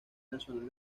nacional